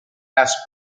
las